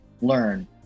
learn